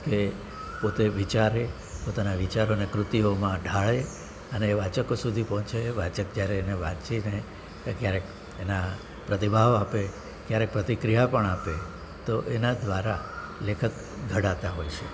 કે પોતે વિચારે પોતાના વિચારોને કૃતિઓમા ઢાળે અને એ વાચકો સુધી પહોંચે એ વાચક જ્યારે એને વાંચીને ક્યારેક એના પ્રતિભાવ આપે ક્યારેક પ્રતિક્રિયા પણ આપે તો એના દ્વારા લેખક ઘડાતા હોય છે